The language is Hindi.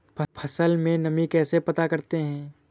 फसल में नमी कैसे पता करते हैं?